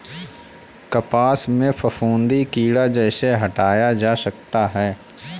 कपास से फफूंदी कीड़ा कैसे हटाया जा सकता है?